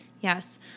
Yes